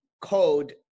code